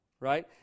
Right